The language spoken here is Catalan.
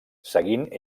seguint